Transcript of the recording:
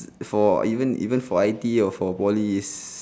for even even for I_T_E or for poly is